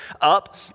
up